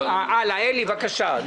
הלאה, בבקשה.